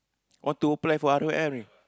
want to apply for R_O_M eh